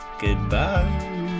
goodbye